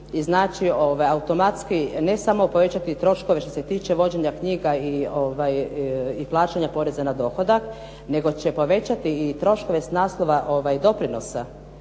ovaj automatski ne samo povećati troškove što se tiče vođenja knjiga i plaćanja poreza na dohodak nego će povećati i troškove s naslova doprinosa